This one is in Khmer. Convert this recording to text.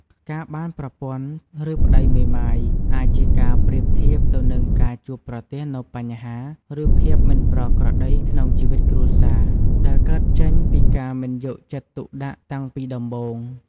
ការបានប្រពន្ធឫប្ដីមេម៉ាយ អាចជាការប្រៀបធៀបទៅនឹងការជួបប្រទះនូវបញ្ហា ឬភាពមិនប្រក្រតីក្នុងជីវិតគ្រួសារ ដែលកើតចេញពីការមិនយកចិត្តទុកដាក់តាំងពីដំបូង។